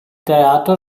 teatro